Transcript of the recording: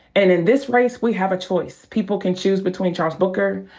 and in this race, we have a choice. people can choose between charles booker,